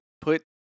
Put